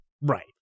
right